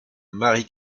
marie